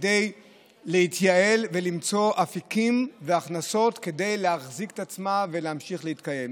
להתייעל ולמצוא אפיקים והכנסות כדי להחזיק את עצמה ולהמשיך להתקיים.